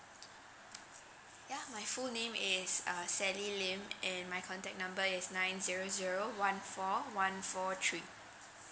ya my full name is uh sally lim and my contact number is nine zero zero one four one four three